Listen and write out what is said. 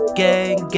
gang